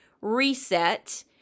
reset